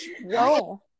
No